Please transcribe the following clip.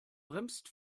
bremst